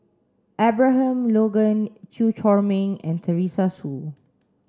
Abraham Logan Chew Chor Meng and Teresa Hsu